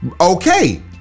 Okay